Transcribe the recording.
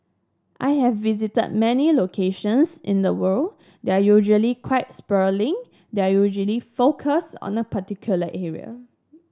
I have visited many locations in the world they're usually quite sprawling they're usually focused on a particular area